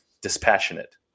Dispassionate